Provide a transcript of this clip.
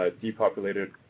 depopulated